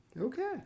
Okay